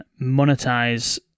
monetize